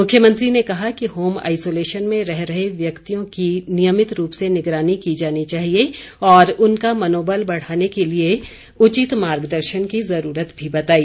मुख्यमंत्री ने कहा कि होम आइसोलेशन में रह रहे व्यक्तियों की नियमित रूप से निगरानी की जानी चाहिए और उनका मनोबल बढ़ाने के लिए उचित मार्गदर्शन की ज़रूरत भी बताई